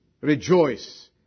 rejoice